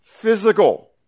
physical